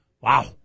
Wow